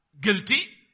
guilty